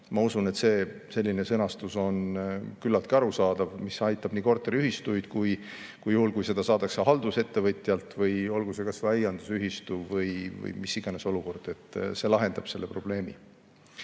Ma usun, et selline sõnastus on küllaltki arusaadav, see aitab nii korteriühistuid kui ka juhul, kui [teenust] saadakse haldusettevõtjalt või olgu see kas või aiandusühistu või mis iganes olukord. See lahendab selle probleemi.